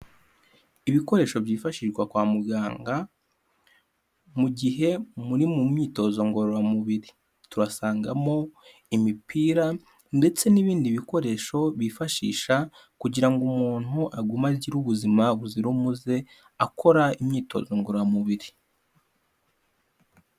Ibikoresho byifashishwa kwa muganga, mu gihe muri mu myitozo ngororamubiri. Turasangamo imipira ndetse n'ibindi bikoresho bifashisha kugira ngo umuntu agume agire ubuzima buzira umuze akora imyitozo ngororamubiri.